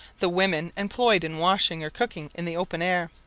the women employed in washing or cooking in the open air,